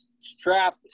Strap